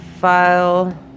file